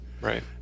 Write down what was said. Right